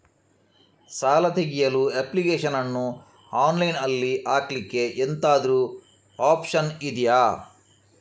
ಸಾಲ ತೆಗಿಯಲು ಅಪ್ಲಿಕೇಶನ್ ಅನ್ನು ಆನ್ಲೈನ್ ಅಲ್ಲಿ ಹಾಕ್ಲಿಕ್ಕೆ ಎಂತಾದ್ರೂ ಒಪ್ಶನ್ ಇದ್ಯಾ?